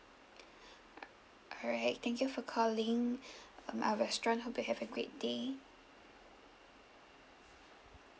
al~ alright thank you for calling our restaurant hope you have a great day